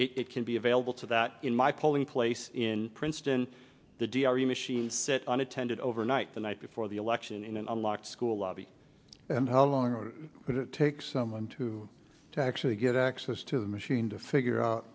it can be available to that in my polling place in princeton the d r v machines sit on attended over night the night before the election in a locked school lobby and how long would it take someone to to actually get access to the machine to figure